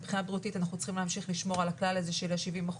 מבחינה בריאותית אנחנו צריכים להמשיך לשמור על הכלל הזה של 70%,